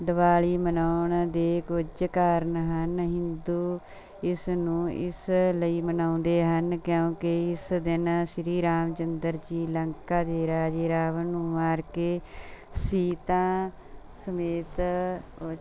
ਦੀਵਾਲੀ ਮਨਾਉਣ ਦੇ ਕੁਝ ਕਾਰਨ ਹਨ ਹਿੰਦੂ ਇਸ ਨੂੰ ਇਸ ਲਈ ਮਨਾਉਂਦੇ ਹਨ ਕਿਉਂਕਿ ਇਸ ਦਿਨ ਸ਼੍ਰੀ ਰਾਮ ਚੰਦਰ ਜੀ ਲੰਕਾ ਦੇ ਰਾਜੇ ਰਾਵਣ ਨੂੰ ਮਾਰ ਕੇ ਸੀਤਾ ਸਮੇਤ ਉਹ